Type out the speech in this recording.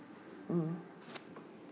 mm